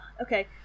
Okay